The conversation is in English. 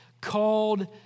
called